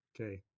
Okay